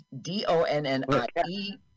D-O-N-N-I-E